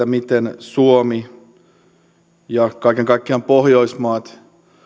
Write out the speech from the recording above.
miten suomi ja kaiken kaikkiaan pohjoismaat